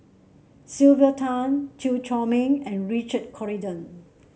Sylvia Tan Chew Chor Meng and Richard Corridon